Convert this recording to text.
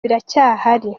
biracyahari